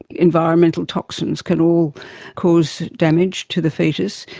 environmental toxins, can all cause damage to the foetus.